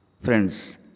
Friends